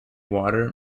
water